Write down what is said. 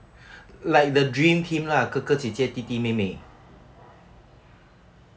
like the dream team lah 哥哥姐姐弟弟妹妹